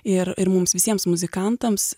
ir ir mums visiems muzikantams